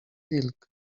wilk